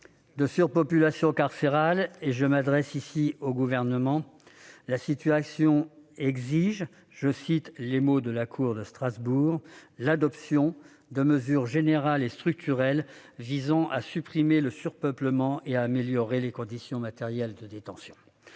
de surpopulation carcérale, et je m'adresse ici au Gouvernement, la situation exige, comme le précise la Cour de Strasbourg, « l'adoption de mesures générales et structurelles visant à supprimer le surpeuplement et à améliorer les conditions matérielles de détention